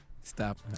Stop